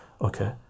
Okay